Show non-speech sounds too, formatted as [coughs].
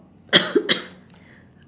[coughs]